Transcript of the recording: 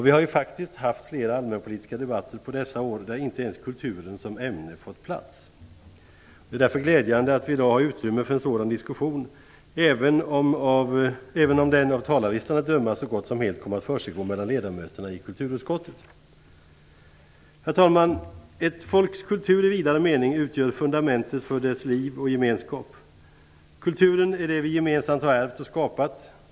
Vi har faktiskt haft flera allmänpolitiska debatter under dessa år där kulturen inte ens fått plats som ämne. Det är därför glädjande att vi i dag har utrymme för en sådan diskussion, även om den av talarlistan att döma så gott som helt kommer att försiggå mellan ledamöterna i kulturutskottet. Herr talman! Ett folks kultur i vidare mening utgör fundamentet för dess liv och gemenskap. Kulturen är det vi gemensamt har ärvt och skapat.